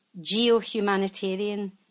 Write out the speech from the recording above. geo-humanitarian